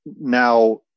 now